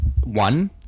One